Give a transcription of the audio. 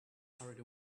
hurried